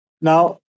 Now